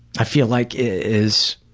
i feel like is